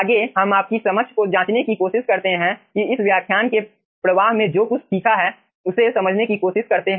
आगे हम आपकी समझ को जांचने की कोशिश करते हैं की इस व्याख्यान के प्रवाह में जो कुछ सीखा है उसे समझने की कोशिश करते हैं